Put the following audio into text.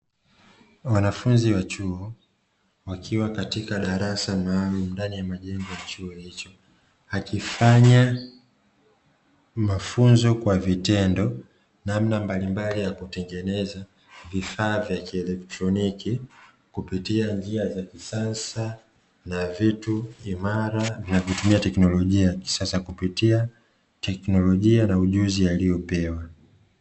Wanafunzi wa chuo wakiwa katika darasa maalumu ndani ya jengo la chuo hicho, akifanya mafunzo kwa vitendo namna mbalimbali ya kutengeneza vifaa vya kielekitroniki kupitia njia za kisasa na vitu imara na kwa kutumia teknolojia ya kisasa kupitia teknolojia na ujuzi aliopewa.